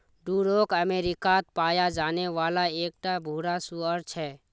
Duroc अमेरिकात पाया जाने वाला एक टा भूरा सूअर छे